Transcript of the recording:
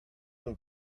look